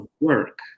work